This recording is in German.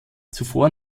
zuvor